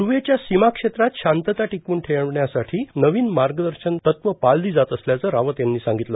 पूर्वेच्या सीमा क्षेत्रात शांतता टिकवून ठेवण्यासाठी नवीन मार्गदर्शन तत्वे पाळली जात असल्याचं रावत यांनी सांगितलं